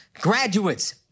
graduates